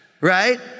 right